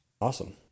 Awesome